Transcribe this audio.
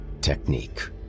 Technique